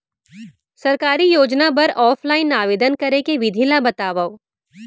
सरकारी योजना बर ऑफलाइन आवेदन करे के विधि ला बतावव